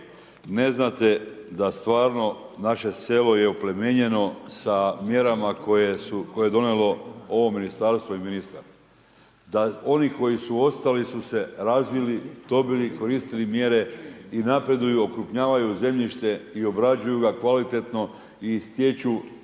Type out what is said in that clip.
Ne znate da stvarno naše selo je oplemenjeno sa mjerama koje je donijelo ovo Ministarstvo i ministar, da oni koji su ostali su se razvili, dobili, koristili mjere i napreduju, okrupnjavaju zemljište i obrađuju ga kvalitetno i stječu